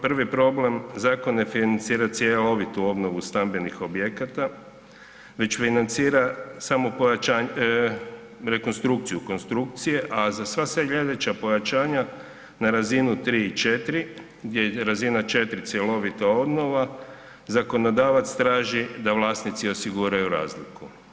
Prvi problem, zakon ne financira cjelovitu obnovu stambenih objekata, već financira samo rekonstrukciju konstrukcije, a za sva sljedeća pojačanja na razinu 3 i 4 gdje je 4 cjelovita obnova, zakonodavac traži da vlasnici osiguraju razliku.